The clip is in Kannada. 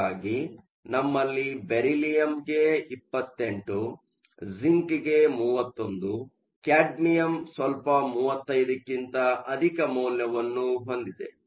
ಹಾಗಾಗಿ ನಮ್ಮಲ್ಲಿ ಬೆರಿಲಿಯಮ್ಗೆ 28 ಜಿ಼ಂಕ್ಗೆ 31 ಕ್ಯಾಡ್ಮಿಯಮ್ ಸ್ವಲ್ಪ 35ಕ್ಕಿಂತ ಅಧಿಕ ಮೌಲ್ಯವನ್ನು ಹೊಂದಿದೆ